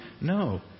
no